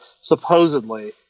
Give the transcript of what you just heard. supposedly